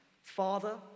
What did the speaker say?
Father